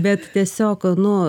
bet tiesiog nu